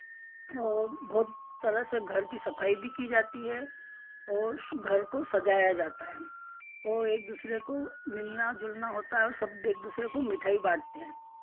और बहुत तरह से घर की सफ़ाई भी की जाती है और उस घर को सजाया जाता है और एक दूसरे को मिलना जुलना होता है और सब एक दूसरे को मिठाई बाँटते हैं